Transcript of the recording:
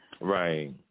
Right